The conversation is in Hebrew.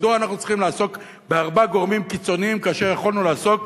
מדוע אנחנו צריכים לעסוק בארבעה גורמים קיצוניים כאשר יכולנו לעסוק